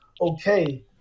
okay